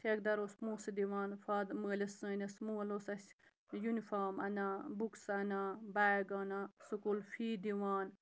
ٹھیکہٕ دَر اوس پونٛسہٕ دِوان فا مٲلِس سٲنِس مول اوس اَسہِ یُنِفام اَنان بُکٕس اَنان بیگ اَنان سکوٗل فی دِوان